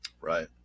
Right